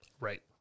right